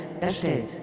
erstellt